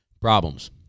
problems